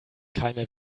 keime